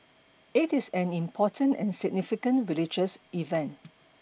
it is an important and significant religious event